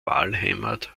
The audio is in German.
wahlheimat